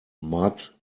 mud